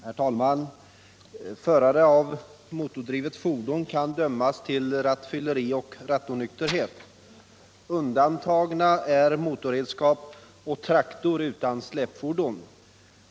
Herr talman! Förare av motordrivet fordon kan dömas för rattfylleri och rattonykterhet. Undantag i detta sammanhang är förare av motorredskap och traktor utan släpfordon.